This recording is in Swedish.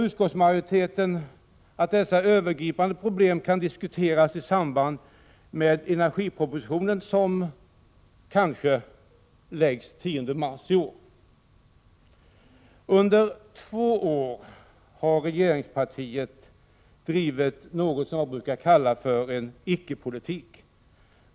Utskottsmajoriteten säger att dessa mer övergripande problem kan diskuteras i samband med den energiproposition som kanske kommer att läggas fram den 10 mars i år. Under två år har regeringspartiet bedrivit något som jag brukar kalla för icke-politik.